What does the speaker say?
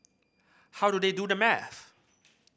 how do they do the math